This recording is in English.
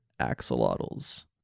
axolotls